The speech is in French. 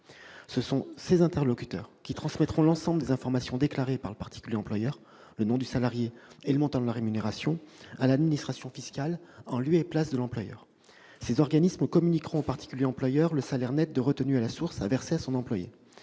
Ce sont ces interlocuteurs qui transmettront l'ensemble des informations déclarées par le particulier employeur- nom du salarié et montant de la rémunération -à l'administration fiscale, en lieu et place de l'employeur. Ces organismes communiqueront au particulier employeur le salaire net de retenue à la source à verser à son employé.